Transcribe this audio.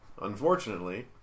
Unfortunately